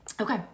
okay